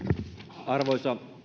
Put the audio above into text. arvoisa